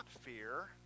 fear